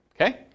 Okay